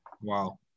Wow